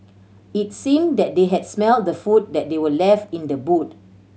it seemed that they had smelt the food that they were left in the boot